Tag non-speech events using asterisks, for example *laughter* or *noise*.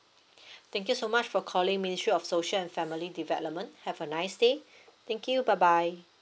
*breath* thank you so much for calling ministry of social and family development have a nice day thank you bye bye